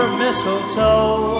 mistletoe